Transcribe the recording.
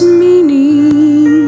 meaning